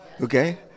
Okay